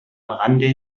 rande